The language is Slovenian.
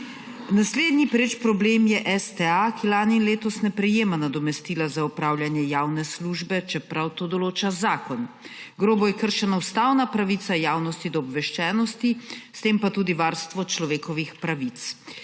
Naslednji pereč problem je STA, ki lani in letos ne prejema nadomestila za opravljanje javne službe, čeprav to določa zakon. Grobo je kršena ustavna pravica javnosti do obveščenosti, s tem pa tudi varstvo človekovih pravic.